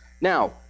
Now